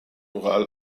oral